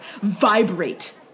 vibrate